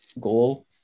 goal